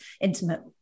intimate